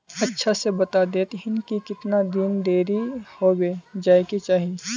अच्छा से बता देतहिन की कीतना दिन रेडी होबे जाय के चही?